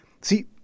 See